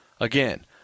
again